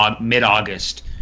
mid-August